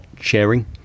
sharing